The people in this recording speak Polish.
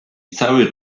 cały